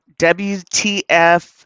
WTF